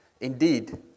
Indeed